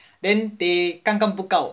then they 刚刚 book out